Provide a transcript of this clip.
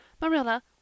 Marilla